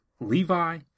Levi